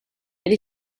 elle